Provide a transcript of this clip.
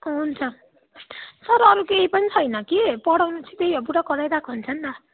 हुन्छ सर अरू केही पनि छैन कि पढाउनु चाहिँ त्यही हो पूरा कराइरहेको हुन्छ नि त